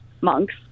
monks